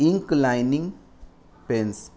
ink lining pens